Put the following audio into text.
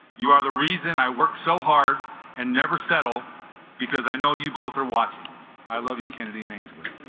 you are the reason i worked so hard and never settle because i know you both are watching i love you kennedy and ainsley